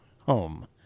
home